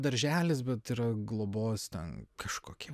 darželis bet yra globos ten kažkokie